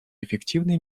эффективный